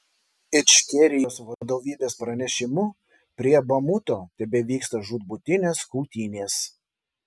ičkerijos vadovybės pranešimu prie bamuto tebevyksta žūtbūtinės kautynės